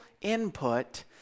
input